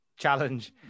challenge